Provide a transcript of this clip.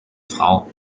frau